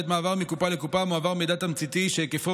בעת מעבר מקופה לקופה מועבר מידע תמציתי שהיקפו